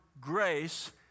grace